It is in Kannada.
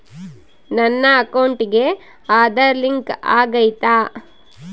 ನನ್ನ ಅಕೌಂಟಿಗೆ ಆಧಾರ್ ಲಿಂಕ್ ಆಗೈತಾ?